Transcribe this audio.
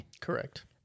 Correct